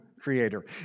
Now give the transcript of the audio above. creator